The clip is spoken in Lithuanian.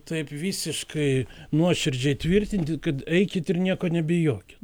taip visiškai nuoširdžiai tvirtinti kad eikit ir nieko nebijokit